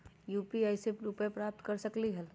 UPI से रुपए प्राप्त कर सकलीहल?